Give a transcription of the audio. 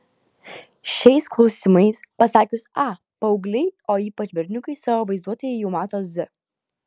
šiais klausimais pasakius a paaugliai o ypač berniukai savo vaizduotėje jau mato z